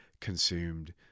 consumed